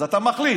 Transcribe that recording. אז אתה מחליט.